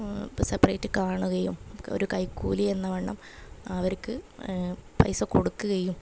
ഇപ്പം സെപ്പ്റേറ്റ് കാണുകയും ഒരു കൈക്കൂലീ എന്ന വണ്ണം അവർക്ക് പൈസ കൊടുക്കുകയും